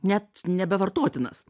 net nebevartotinas